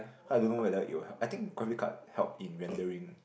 I don't know whether it will help I think help in rendering